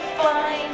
fine